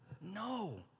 No